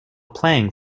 playing